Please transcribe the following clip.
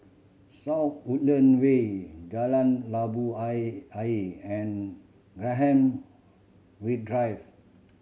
South Woodland Way Jalan Labu Ayer and Graham Wait Drive